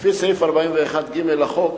לפי סעיף 41(ג) לחוק